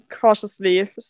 cautiously